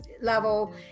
level